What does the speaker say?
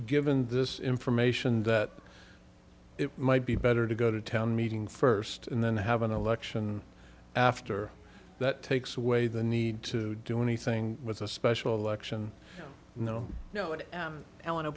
given this information that it might be better to go to town meeting first and then have an election after that takes away the need to do anything with a special election no no no